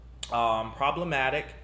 Problematic